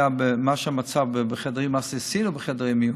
במה שעשינו בחדרי מיון,